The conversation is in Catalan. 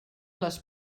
les